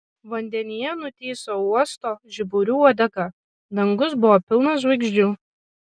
vandenyje nutįso uosto žiburių uodega dangus buvo pilnas žvaigždžių